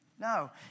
No